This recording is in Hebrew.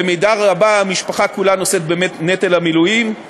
במידה רבה המשפחה כולה נושאת בנטל המילואים.